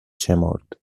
شمرد